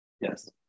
Yes